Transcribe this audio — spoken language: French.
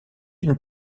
une